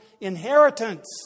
inheritance